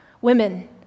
women